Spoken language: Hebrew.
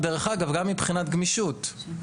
את נדרשת ל-X שנות לימוד,